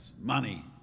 money